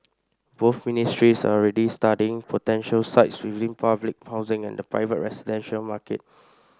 both ministries are already studying potential sites within public housing and the private residential market